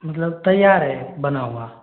मतलब तैयार है बना हुआ